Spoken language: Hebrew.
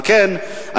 על כן,